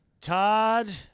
Todd